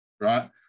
right